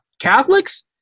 Catholics